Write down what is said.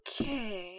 Okay